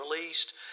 released